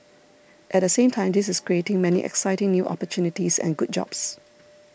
at the same time this is creating many exciting new opportunities and good jobs